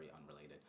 unrelated